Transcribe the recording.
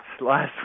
last